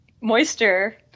moisture